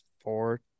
four